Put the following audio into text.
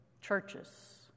churches